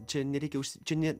čia nereikia čia ne